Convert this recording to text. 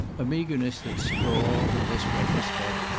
a meagreness that sprawled, in this retrospect,